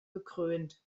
gekrönt